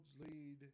lead